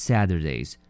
Saturdays